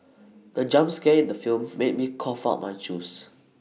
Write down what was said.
the jump scare in the film made me cough out my juice